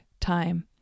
time